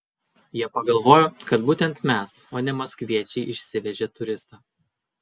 jie pagalvojo kad būtent mes o ne maskviečiai išsivežė turistą